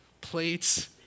plates